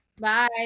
Bye